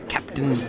Captain